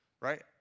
right